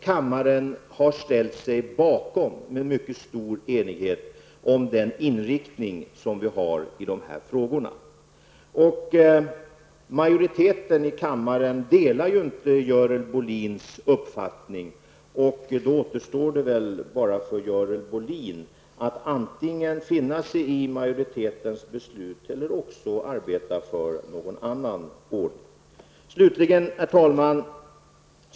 Kammaren har med mycket stor enighet ställt sig bakom den inriktning vi har i de här frågorna. Majoriteten i kammaren delar inte Görel Bohlins uppfattning. Då återstår det väl bara för Görel Bohlin att antingen finna sig i majoritetens beslut eller att också arbeta för någon annan ordning. Herr talman!